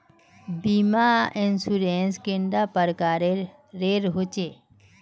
बीमा इंश्योरेंस कैडा प्रकारेर रेर होचे